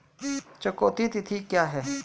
चुकौती तिथि क्या है?